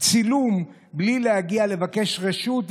צילום בלי להגיע לבקש רשות,